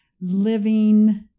living